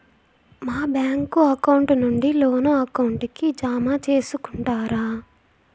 మా bank account నుండి loan account కి జామ సేసుకుంటారా?